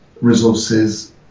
resources